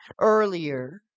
earlier